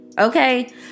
okay